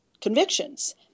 convictions